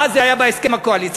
מה, זה היה בהסכם הקואליציוני?